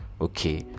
okay